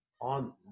on